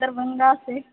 Darbhanga Se